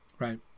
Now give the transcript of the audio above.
Right